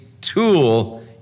tool